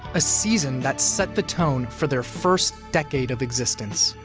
a season that set the tone for their first decade of existence,